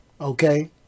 Okay